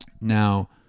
Now